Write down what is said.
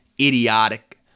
idiotic